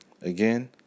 Again